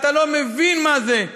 אתה לא מבין מה זה.